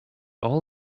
all